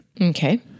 Okay